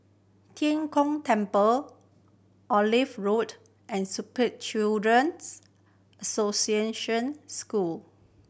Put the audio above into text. Tian Kong Temple Olive Road and Spastic Children's Association School